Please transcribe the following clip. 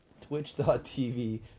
Twitch.tv